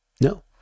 No